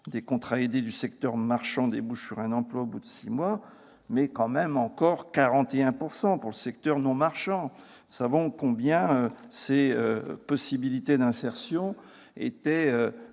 des contrats aidés du secteur marchand ont débouché sur un emploi au bout de six mois, ce taux atteint tout de même 41 % pour le secteur non marchand. Nous savons combien ces possibilités d'insertion étaient vécues